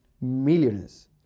millionaires